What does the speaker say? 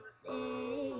say